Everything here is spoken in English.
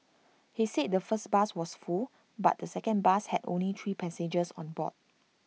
he said the first bus was full but the second bus had only three passengers on board